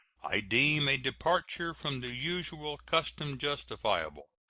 i deem a departure from the usual custom justifiable.